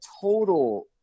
total